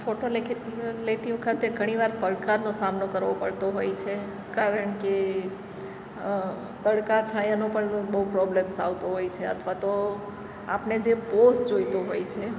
photo લેતી વખતે ઘણી વાર પડકારનો સામનો કરવો પડતો હોય છે કારણ કે તડકા છાંયાનો પણ બહુ બહુ પ્રોબ્લમસ આવતો હોય છે અથવા તો આપને જે પોઝ જોઈતો હોય છે